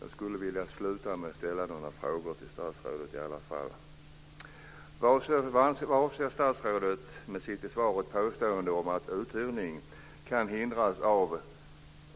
Jag skulle vilja sluta med att ändå ställa några frågor till statsrådet. Vad avser statsrådet med sitt påstående i svaret att uthyrning kan hindras av